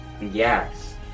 Yes